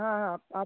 हाँ हाँ आप